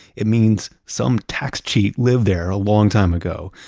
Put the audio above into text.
it means some tax cheat lived there a long time ago,